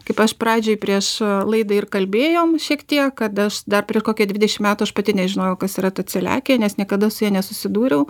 kaip aš pradžioj prieš laidą ir kalbėjom šiek tiek kad aš dar prie kokią dvidešim metų aš pati nežinojau kas yra ta celiakija nes niekada su ja nesusidūriau